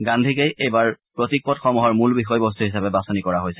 গান্ধীকেই এইবাৰ প্ৰতীকপট সমূহৰ মূল বিষয়বস্তু হিচাপে বাচনি কৰা হৈছে